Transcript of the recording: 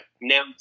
Now